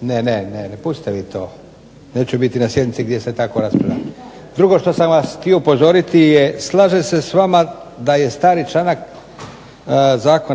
Ne, ne, pustite vi to. Neću biti na sjednici gdje se tako raspravlja. Drugo što sam vas htio upozoriti je, slažem se s vama da je stari članak